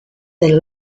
del